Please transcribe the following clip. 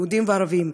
יהודים וערבים,